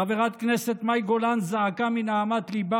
חברת כנסת מאי גולן זעקה מנהמת ליבה